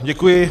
Děkuji.